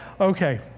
okay